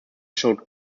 showed